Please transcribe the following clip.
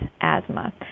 asthma